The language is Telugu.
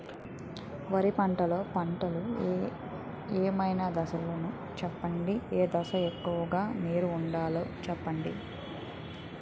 వరిలో పంటలు ఏమైన దశ లను చెప్పండి? ఏ దశ లొ ఎక్కువుగా నీరు వుండేలా చుస్కోవలి?